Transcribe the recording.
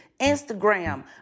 Instagram